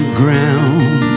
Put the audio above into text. ground